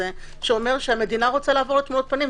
שאומר שהמדינה רוצה לעבור לתמונות פנים.